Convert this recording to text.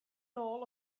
nôl